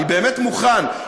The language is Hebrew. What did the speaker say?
אני באמת מוכן,